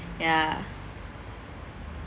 ya